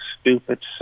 stupid